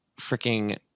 freaking